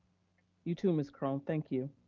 you too, ms. chrome, thank you.